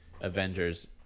Avengers